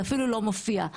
זה אפילו לא מופיע.